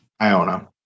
Iona